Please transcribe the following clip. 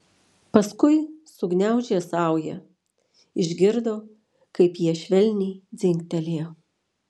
paskui sugniaužė saują išgirdo kaip jie švelniai dzingtelėjo